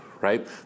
right